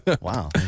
Wow